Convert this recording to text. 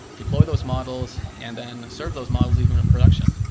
deploy those models and then serve those models even in production.